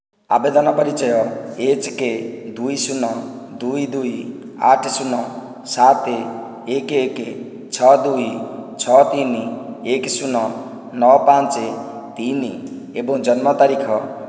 ଆବେଦନ ପରିଚୟ H K ଦୁଇ ଶୂନ ଦୁଇ ଦୁଇ ଆଠ ଶୂନ ସାତ ଏକ ଏକ ଛଅ ଦୁଇ ଛଅ ତିନି ଏକ ଶୂନ ନଅ ପାଞ୍ଚ ତିନି ଏବଂ ଜନ୍ମ ତାରିଖ